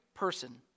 Person